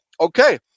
Okay